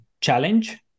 challenge